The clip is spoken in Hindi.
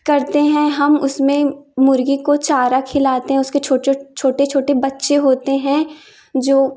करते हैं हम उसमें मुर्गी को चारा खिलाते हैं उसके छोटे छोटे बच्चे होते हैं जो